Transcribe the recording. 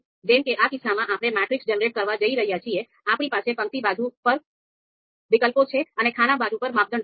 જેમ કે આ કિસ્સામાં આપણે મેટ્રિક્સ જનરેટ કરવા જઈ રહ્યા છીએ આપણી પાસે પંક્તિ બાજુ પર વિકલ્પો છે અને ખાના બાજુ પર માપદંડ છે